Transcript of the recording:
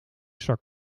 zakt